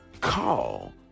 call